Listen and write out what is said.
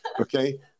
Okay